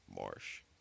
Marsh